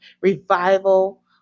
revival